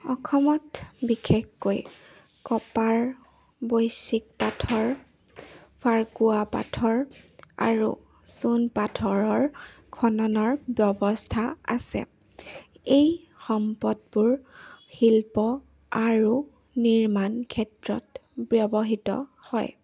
অসমত বিশেষকৈ কপাৰ বৈশিক পাথৰ ফাৰকোৱা পাথৰ আৰু চূণ পাথৰৰ খননৰ ব্যৱস্থা আছে এই সম্পদবোৰ শিল্প আৰু নিৰ্মাণ ক্ষেত্ৰত ব্যৱহৃত হয়